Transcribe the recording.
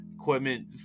equipment